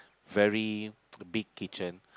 very a big kitchen